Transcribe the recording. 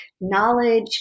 knowledge